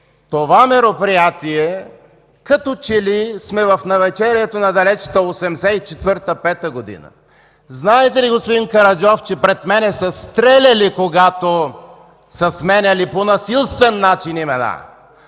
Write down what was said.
това мероприятие, като че ли сме в навечерието на далечната 1984-1985 г.? Знаете ли, господин Караджов, че пред мен са стреляли, когато са сменяли по насилствен начин имена?